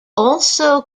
also